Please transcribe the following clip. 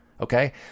Okay